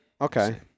Okay